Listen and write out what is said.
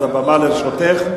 הבמה לרשותך.